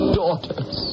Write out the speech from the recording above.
daughters